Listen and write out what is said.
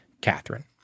Catherine